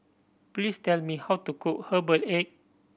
please tell me how to cook herbal egg